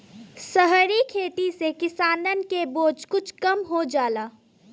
सहरी खेती से किसानन के बोझ कुछ कम हो जाला